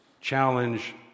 challenge